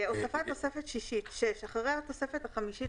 "הוספת תוספת שישית 6. אחרי התוספת החמישית